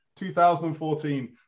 2014